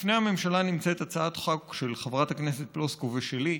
בפני הממשלה נמצאת הצעת חוק של חברת הכנסת פלוסקוב ושלי,